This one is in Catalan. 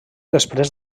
després